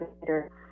later